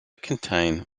contain